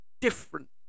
different